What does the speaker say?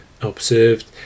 observed